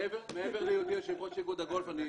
מעבר להיותי יושב ראש איגוד הגולף אני